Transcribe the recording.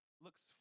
looks